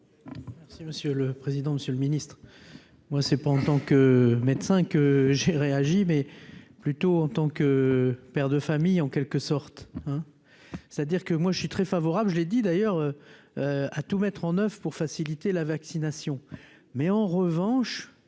Merci monsieur le président, Monsieur le Ministre, moi c'est pas en tant que médecin que j'ai réagi, mais plutôt en tant que père de famille en quelque sorte, hein, c'est-à-dire que moi, je suis très favorable, je l'ai dit d'ailleurs à tout mettre en oeuvre pour faciliter la vaccination mais, en revanche,